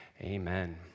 amen